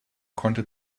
konnte